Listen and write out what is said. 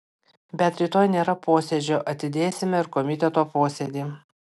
bet rytoj nėra posėdžio atidėsime ir komiteto posėdį